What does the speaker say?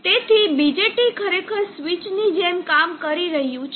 તેથી BJT ખરેખર સ્વિચની જેમ કામ કરી રહ્યું છે